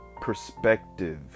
perspective